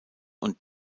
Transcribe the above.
und